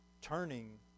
turning